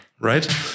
right